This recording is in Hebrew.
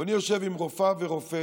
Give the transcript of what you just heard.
ואני יושב עם רופאה ורופא